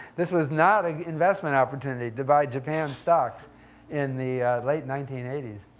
this was not an investment opportunity to buy japan's stocks in the late nineteen eighty s.